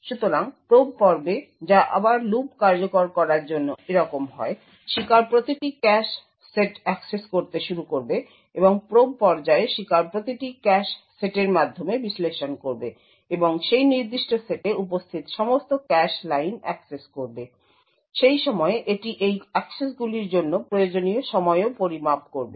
সুতরাং প্রোব পর্বে যা আবার লুপ কার্যকর করার জন্য এরকম হয় শিকার প্রতিটি ক্যাশ সেট অ্যাক্সেস করতে শুরু করবে এবং প্রোব পর্যায়ে শিকার প্রতিটি ক্যাশ সেটের মাধ্যমে বিশ্লেষণ করবে এবং সেই নির্দিষ্ট সেটে উপস্থিত সমস্ত ক্যাশ লাইন অ্যাক্সেস করবে এবং সেই সময়ে এটি এই অ্যাক্সেসগুলির জন্য প্রয়োজনীয় সময়ও পরিমাপ করবে